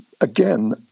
Again